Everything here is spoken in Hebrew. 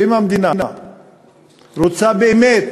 אם המדינה רוצה באמת